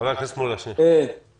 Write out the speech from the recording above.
חבר הכנסת מולא, שאלה.